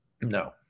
No